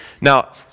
Now